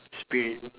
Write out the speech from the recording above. spirit